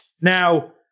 Now